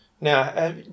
Now